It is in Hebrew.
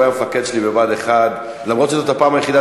הוא היה המפקד שלי בבה"ד 1. אף שזו הפעם היחידה